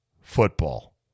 football